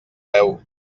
veu